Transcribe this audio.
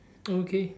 okay